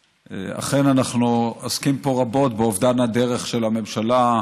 אכן, אנחנו עוסקים פה רבות באובדן הדרך של הממשלה,